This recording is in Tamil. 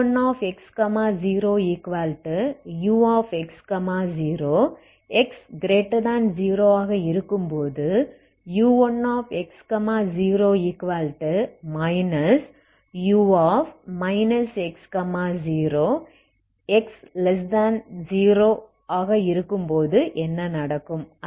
u1x0ux0 x0 ஆக இருக்கும் போது u1x0 u x0 x0 ஆக இருக்கும் போது என்ன நடக்கும்